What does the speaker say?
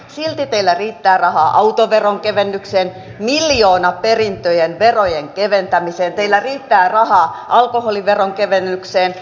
silti teillä riittää rahaa autoveron kevennykseen miljoonaperintöjen verojen keventämiseen teillä riittää rahaa alkoholiveron kevennykseen